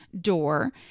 door